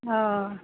অঁ